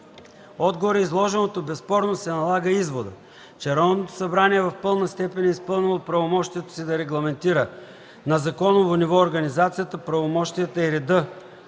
От гореизложеното безспорно се налага изводът, че Народното събрание в пълна степен е изпълнило правомощието си да регламентира на законово ниво организацията, правомощията и реда